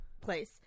Place